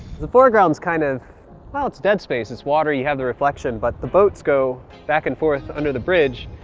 the foreground's kinda, kind of well, it's dead space. it's watery, you have the reflection, but the boats go back and forth under the bridge,